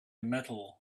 metal